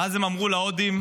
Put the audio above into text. ואז הם אמרו להודים: